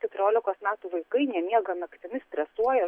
keturiolikos metų vaikai nemiega naktimis stresuoja